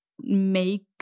make